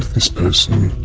this person